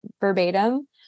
verbatim